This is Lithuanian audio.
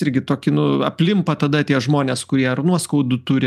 irgi tokį nu aplimpa tada tie žmonės kurie ar nuoskaudų turi